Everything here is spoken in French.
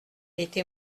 était